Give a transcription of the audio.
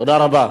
תודה רבה.